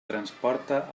transporta